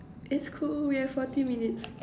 that's cool we have forty minutes